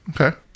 Okay